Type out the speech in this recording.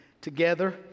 together